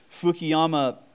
Fukuyama